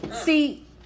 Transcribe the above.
See